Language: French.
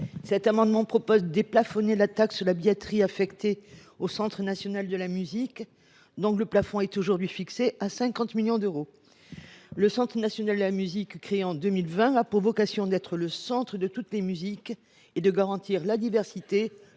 examinés, nous proposons de déplafonner la taxe sur la billetterie affectée au Centre national de la musique (CNM), dont le plafond est aujourd’hui fixé à 50 millions d’euros. Le CNM, qui a été créé en 2020, a pour vocation d’être le centre de toutes les musiques et de garantir la diversité,